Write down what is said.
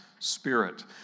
Spirit